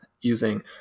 using